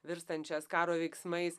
virstančias karo veiksmais